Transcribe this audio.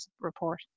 report